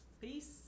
Peace